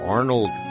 Arnold